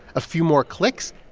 a few more clicks,